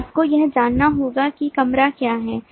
तो आपको यह जानना होगा कि कमरा क्या है